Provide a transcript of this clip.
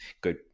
good